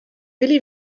willi